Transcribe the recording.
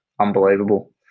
unbelievable